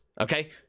okay